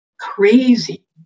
crazy